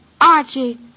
Archie